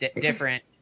different